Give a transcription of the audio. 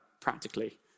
practically